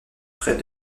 près